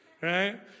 right